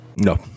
No